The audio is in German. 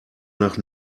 nach